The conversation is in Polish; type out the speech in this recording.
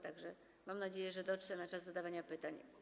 Tak że mam nadzieję, że dotrze na czas zadawania pytań.